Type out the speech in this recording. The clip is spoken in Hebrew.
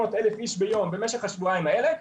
700,000 איש ביום במשך השבועיים האלה,